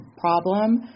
problem